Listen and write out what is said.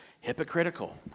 Hypocritical